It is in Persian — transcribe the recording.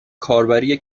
کاربری